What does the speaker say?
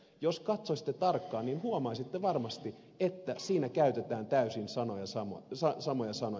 jos katsoisitte tarkkaan niin huomaisitte varmasti että siinä käytetään täysin samoja sanoja